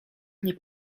nie